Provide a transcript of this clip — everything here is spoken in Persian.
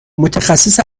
متخصص